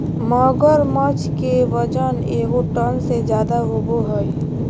मगरमच्छ के वजन एगो टन से ज्यादा होबो हइ